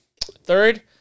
Third